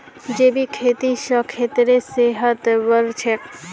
जैविक खेती स खेतेर सेहत बढ़छेक